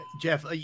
jeff